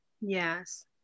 yes